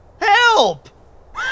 Help